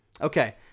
Okay